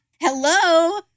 Hello